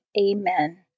Amen